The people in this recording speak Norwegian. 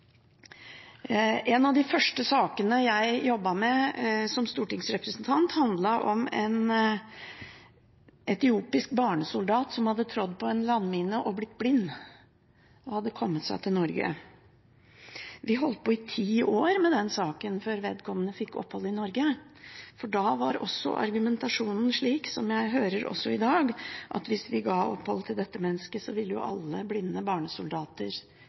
En av de første sakene jeg jobbet med som stortingsrepresentant, handlet om en etiopisk barnesoldat som hadde tråkket på en landmine og blitt blind. Han hadde kommet seg til Norge. Vi holdt på i ti år med den saken før vedkommende fikk opphold i Norge. Da var også argumentasjonen slik som jeg hører i dag: Hvis vi ga opphold til dette mennesket, ville jo alle blinde barnesoldater